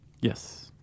Yes